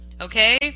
okay